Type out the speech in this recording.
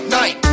night